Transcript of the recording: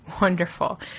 Wonderful